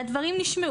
והדברים נשמעו.